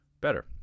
better